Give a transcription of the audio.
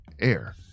Air